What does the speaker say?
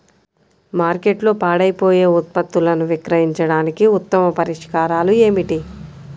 మార్కెట్లో పాడైపోయే ఉత్పత్తులను విక్రయించడానికి ఉత్తమ పరిష్కారాలు ఏమిటి?